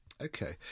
Okay